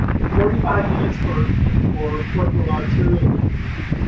forty five minutes for for peripheral arterial disease.